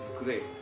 great